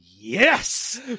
Yes